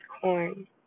corn